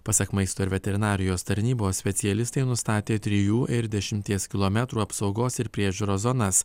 pasak maisto ir veterinarijos tarnybos specialistai nustatė trijų ir dešimties kilometrų apsaugos ir priežiūros zonas